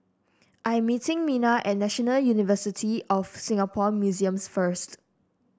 I am meeting Mina at National University of Singapore Museums first